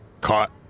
caught